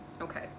okay